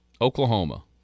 Oklahoma